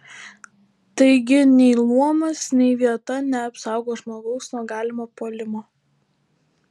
taigi nei luomas nei vieta neapsaugo žmogaus nuo galimo puolimo